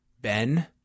Ben